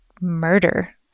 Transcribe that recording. murder